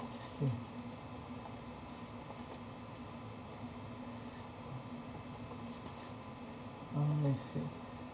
mm oh I see